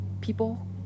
people